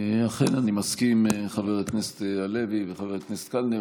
אכן אני מסכים, חבר הכנסת הלוי וחבר הכנסת קלנר.